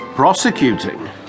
Prosecuting